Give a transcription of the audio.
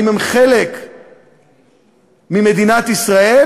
אם הם חלק ממדינת ישראל,